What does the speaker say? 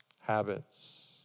habits